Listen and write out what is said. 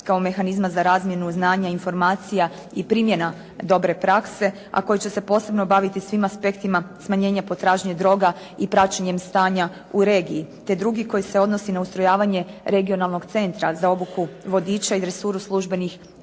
kao mehanizma za razmjenu znanja i informacija i primjena dobre prakse a koji će se posebno baviti svim aspektima smanjenje potražnje droga i praćenjem stanja u regiji te drugi koji se odnosi na ustrojavanje regionalnog centra za obuku vodiča i dresuru službenih pasa.